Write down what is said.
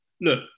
Look